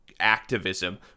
activism